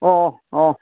অঁ অঁ অঁ অঁ